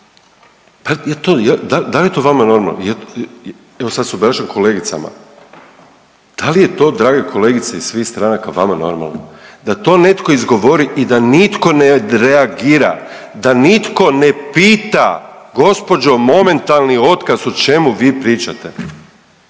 Da li je to vama normalno? Evo sad se obraćam kolegicama, da li je to drage kolegice iz svih stranaka vama normalno? Da to netko izgovori i da nitko ne odreagira, da nitko ne pita gospođo momentalni otkaz o čemu vi pričate?